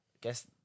guess